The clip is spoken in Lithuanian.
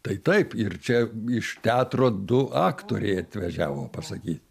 tai taip ir čia iš teatro du aktoriai atvažiavo pasaky